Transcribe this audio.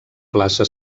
plaça